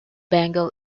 bengal